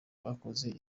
bakoze